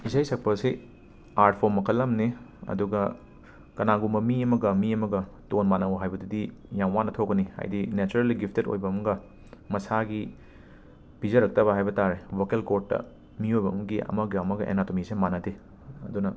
ꯏꯁꯩ ꯁꯛꯄꯁꯤ art form ꯃꯈꯜ ꯑꯝꯅꯤ ꯑꯗꯨꯒ ꯀꯅꯥꯒꯨꯝꯕ ꯃꯤ ꯑꯃꯒ ꯃꯤ ꯑꯃꯒ ꯇꯣꯟ ꯃꯥꯟꯅꯧ ꯍꯥꯏꯕꯗꯨꯗꯤ ꯌꯥꯝꯅ ꯋꯥꯅ ꯊꯣꯛꯀꯅꯤ ꯍꯥꯏꯗꯤ ꯅꯦꯆꯔꯦꯂꯤ ꯒꯤꯐꯇꯦꯠ ꯑꯣꯏꯕ ꯑꯝꯒ ꯃꯁꯥꯒꯤ ꯄꯤꯖꯔꯛꯇꯕ ꯍꯥꯏꯕ ꯇꯥꯔꯦ ꯕꯣꯀꯦꯜ ꯀꯣꯔꯠꯇ ꯃꯤꯑꯣꯏꯕ ꯑꯝꯒꯤ ꯑꯃꯒ ꯑꯃꯒ ꯑꯦꯅꯥꯇꯣꯃꯤꯁꯦ ꯃꯥꯟꯅꯗꯦ ꯑꯗꯨꯅ